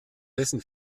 hessen